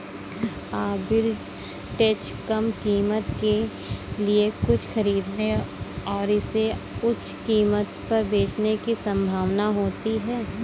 arbitrage कम कीमत के लिए कुछ खरीदने और इसे उच्च कीमत पर बेचने की संभावना होती है